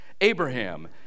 Abraham